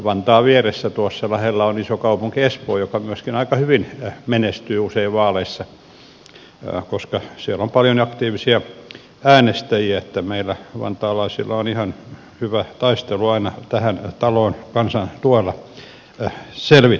vantaan vieressä tuossa lähellä on iso kaupunki espoo joka myöskin aika hyvin menestyy usein vaaleissa koska siellä on paljon aktiivisia äänestäjiä niin että meillä vantaalaisilla on ihan hyvä taistelu aina tähän taloon kansan tuella selvitä